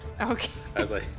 Okay